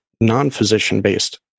non-physician-based